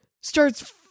starts